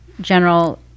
general